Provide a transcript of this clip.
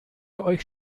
euch